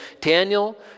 Daniel